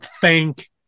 thank